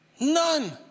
None